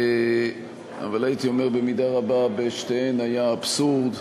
אבל הייתי אומר שבמידה רבה בשתיהן היה אבסורד.